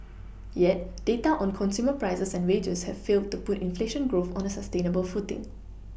yet data on consumer prices and wages have failed to put inflation growth on a sustainable footing